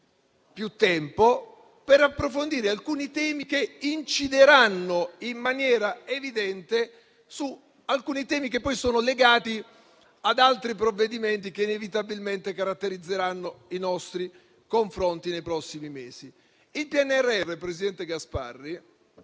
più tempo per approfondire alcuni aspetti che incideranno in maniera evidente su temi che poi sono legati ad altri provvedimenti che inevitabilmente caratterizzeranno i nostri confronti nei prossimi mesi. Il PNRR, presidente Gasparri